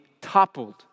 toppled